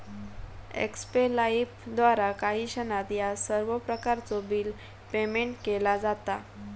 एक्स्पे लाइफद्वारा काही क्षणात ह्या सर्व प्रकारचो बिल पेयमेन्ट केला जाता